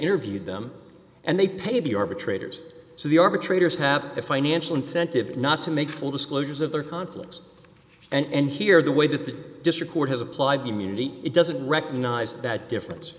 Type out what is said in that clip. interviewed them and they paid the arbitrators so the arbitrator's have a financial incentive not to make full disclosures of their conflicts and here the way that the district court has applied the immunity it doesn't recognize that difference